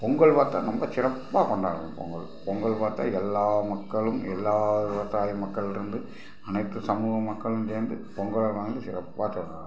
பொங்கல் பார்த்தா ரொம்ப சிறப்பாக கொண்டாடுவோம் பொங்கல் பொங்கல் பார்த்தா எல்லா மக்களும் எல்லா வா ஜாதி மக்களிருந்து அனைத்து சமூக மக்களும் சேர்ந்து பொங்கலை வந்து சிறப்பாக செய்வாங்க